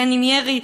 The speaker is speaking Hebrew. בין בירי,